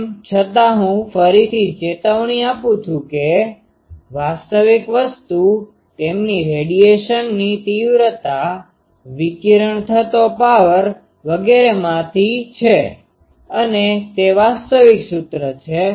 તેમ છતાં હું ફરીથી ચેતવણી આપું છું કે વાસ્તવિક વસ્તુ તેમની રેડીયેશનની તીવ્રતા વિકિરણ થતો પાવર વગેરેમાંથી છે અને તે વાસ્તવિક સૂત્ર છે